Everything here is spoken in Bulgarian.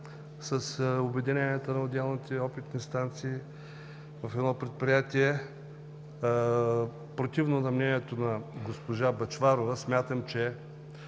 с обединенията на отделните опитни станции в едно предприятие. Противно на мнението на госпожа Бъчварова, смятам, че